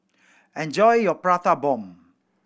enjoy your Prata Bomb